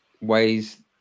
ways